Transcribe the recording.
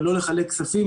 ולא לחלק כספים,